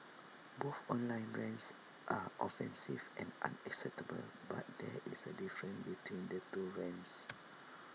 both online rants are offensive and unacceptable but there is A difference between the two rants